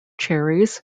cherries